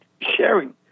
sharing